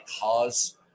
cause